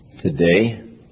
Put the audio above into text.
today